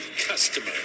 customer